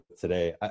today